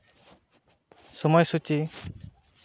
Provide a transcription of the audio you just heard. ᱥᱚᱢᱚᱭ ᱥᱩᱪᱤ